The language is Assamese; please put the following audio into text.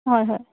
হয় হয়